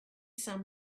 some